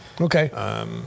Okay